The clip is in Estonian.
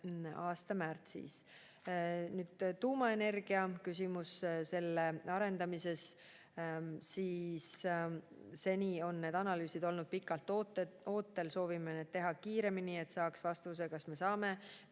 aasta märtsis. Tuumaenergia küsimus. Selle arendamisel on seni analüüsid olnud pikalt ootel, soovime neid teha kiiremini, et saaks vastuse, kas me saame